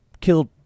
killed